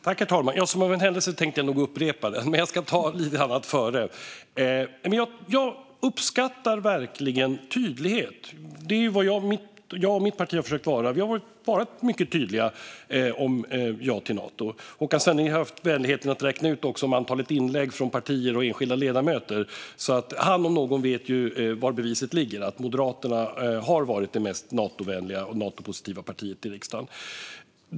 Herr talman! Som av en händelse tänkte jag nog upprepa frågan, men jag ska ta lite annat först. Jag uppskattar verkligen tydlighet. Det är vad jag och mitt parti har försökt ha; vi har varit mycket tydliga med ja till Nato. Håkan Svenneling har haft vänligheten att räkna antalet inlägg från partier och enskilda ledamöter, så han om någon vet var beviset ligger. Moderaterna har varit det mest Natovänliga och Natopositiva partiet i riksdagen.